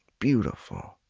beautiful.